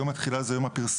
יום התחילה הוא יום הפרסום,